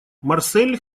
марсель